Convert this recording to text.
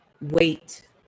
wait